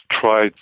tried